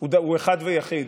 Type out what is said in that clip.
הוא אחד ויחיד.